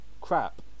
crap